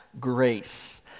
grace